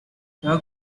the